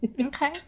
Okay